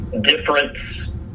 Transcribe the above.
difference